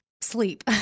sleep